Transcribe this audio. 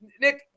Nick